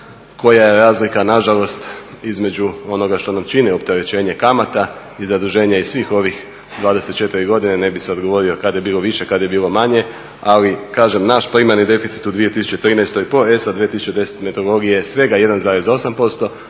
koja je razlika na žalost između onoga što nam čini opterećenje kamata i zaduženje i svih ovih 24 godine. Ne bih sada govorio kada je bilo više, kada je bilo manje. Ali kažem, naš primarni deficit u 2013. po ESA 2010. metodologije je svega 1,8%.